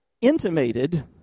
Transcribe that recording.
intimated